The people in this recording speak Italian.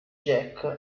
jack